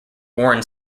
warren